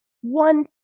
one